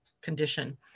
condition